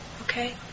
okay